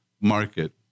market